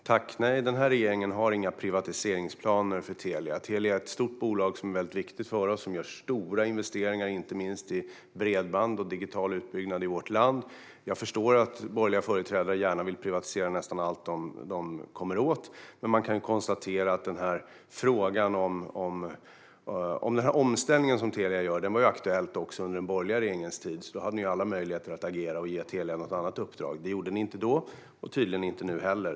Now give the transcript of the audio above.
Herr talman! Nej, den här regeringen har inga privatiseringsplaner för Telia, som är ett stort bolag som är väldigt viktigt för oss och gör stora investeringar inte minst i bredband och digital utbyggnad i vårt land. Jag förstår att borgerliga företrädare gärna vill privatisera nästan allt de kommer åt, men man kan konstatera att frågan om den omställning som Telia gör var aktuell också under den borgerliga regeringens tid. Ni hade alla möjligheter att agera och ge Telia något annat uppdrag. Det gjorde ni inte då, och tydligen inte nu heller.